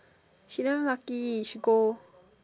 she damn lucky she go